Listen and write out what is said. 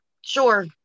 sure